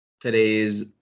today's